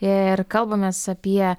ir kalbamės apie